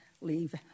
leave